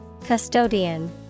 Custodian